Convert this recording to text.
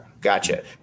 gotcha